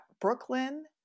Brooklyn